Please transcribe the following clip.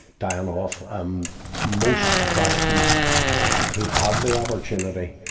dying off. um most protestants who have the opportunity,